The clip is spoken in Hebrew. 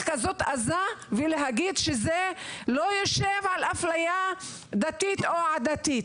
כזאת עזה ולומר שזה לא יושב על הפליה דתית או עדתית.